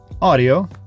audio